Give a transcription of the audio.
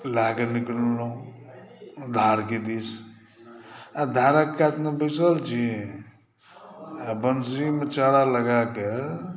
लएके निकलहुँ धारके दिस आ धारक कातमे बैसल छी आ वन्शीमे चारा लगाए कऽ